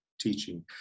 teaching